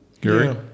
Gary